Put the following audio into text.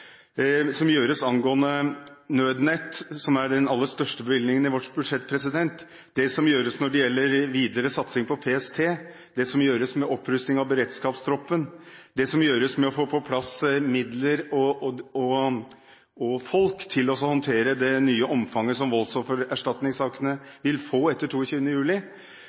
Nødnett, som er den aller største bevilgningen i vårt budsjett, videre satsing på PST, opprustning av beredskapstroppen, få på plass midler og folk til å håndtere det nye omfanget som voldsoffererstatningssakene vil få etter 22. juli, det som gjøres for å legge inn penger til etterforskning som blir gjort med én gang, og